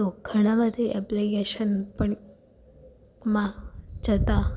તો ઘણાં બધી એપ્લીકેશન પણ માં જતા